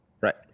Right